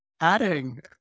adding